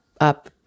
up